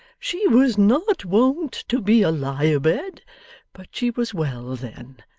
she was not wont to be a lie-abed but she was well then.